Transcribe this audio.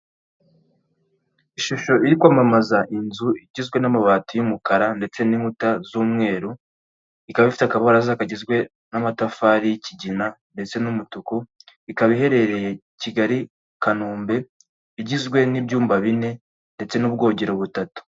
Ishusho iri kwamamaza inzu igizwe n'amabati y'umukara ndetse n'inkuta z'umweru ikaba ifite akabaraza kagizwe n'amatafari y'ikigina ndetse n'umutuku ikaba iherereye Kigali kanombe igizwe n'ibyumba bine ndetse n'ubwogero butatu.